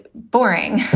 boring.